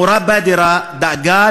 המורה בדרה דאגה,